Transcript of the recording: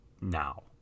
now